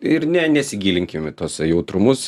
ir ne nesigilinkim į tuos jautrumus